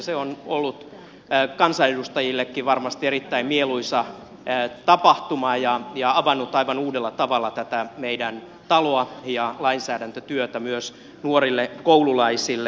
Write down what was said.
se on ollut kansanedustajillekin varmasti erittäin mieluisa tapahtuma ja avannut aivan uudella tavalla tätä meidän taloa ja lainsäädäntötyötä myös nuorille koululaisille